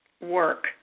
work